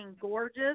gorgeous